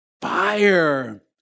fire